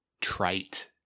trite